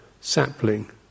sapling